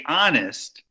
honest